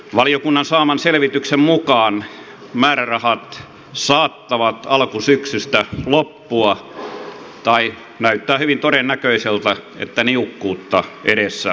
valiokunnan saaman selvityksen mukaan määrärahat saattavat alkusyksystä loppua tai näyttää hyvin todennäköiseltä että niukkuutta edessä on